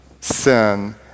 sin